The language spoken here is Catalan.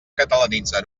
catalanitzar